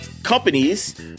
companies